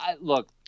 look